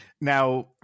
now